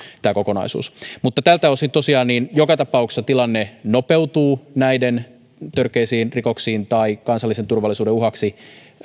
tämä kokonaisuus mutta tältä osin tosiaan joka tapauksessa tilanne nopeutuu näiden törkeisiin rikoksiin syyllistyneiden tai kansallisen turvallisuuden uhaksi